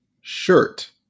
shirt